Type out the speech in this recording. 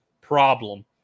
problem